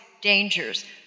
dangers